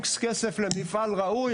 X כסף למפעל ראוי,